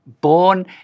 born